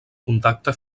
contacte